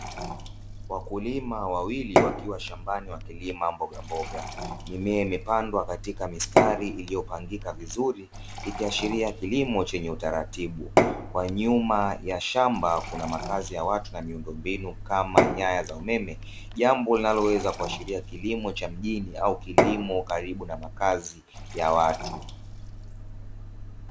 Wakulima wawili wakiwa shambani wakilima mbogamboga. Mimea imepandwa katika mistari iliyopangika vizuri, ikiashiria kilimo chenye utaratibu. Kwa nyuma ya shamba kuna makazi ya watu na miundombinu kama nyaya za umeme, jambo linaloweza kuashiria kilimo cha mjini au kilimo karibu na makazi ya watu.